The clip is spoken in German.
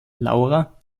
laura